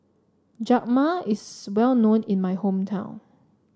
rajma is well known in my hometown